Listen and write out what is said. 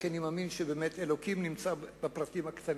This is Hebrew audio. כי אני מאמין שבאמת אלוקים נמצא בפרטים הקטנים.